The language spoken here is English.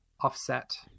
offset